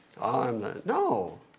No